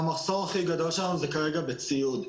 המחסור הכי גדול שלנו הוא כרגע בציוד.